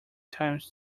times